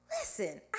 Listen